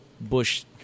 bush